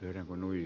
derevon ui